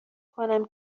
کنم